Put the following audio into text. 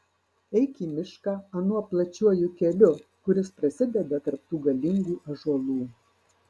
eik į mišką anuo plačiuoju keliu kuris prasideda tarp tų galingų ąžuolų